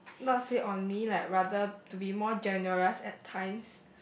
not say on me like rather to be more generous at times